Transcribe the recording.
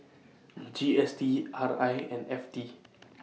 G S T R I and F T